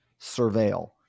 surveil